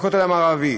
לכותל המערבי.